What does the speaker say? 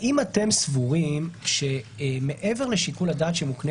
האם אתם סבורים שמעבר לשיקול הדעת שמוקנה